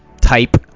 type